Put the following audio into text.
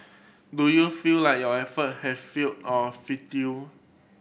do you feel like your effort have failed or futile